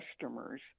customers